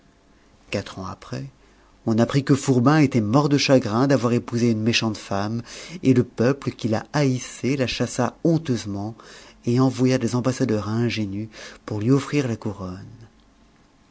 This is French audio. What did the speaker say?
quatre ans après on apprit que fourbin était mort de chagrin d'avoir épousé une méchante femme et le peuple qui la haïssait la chassa honteusement et envoya des ambassadeurs à ingénu pour lui offrir la couronne